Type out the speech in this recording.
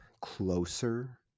closer